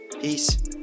peace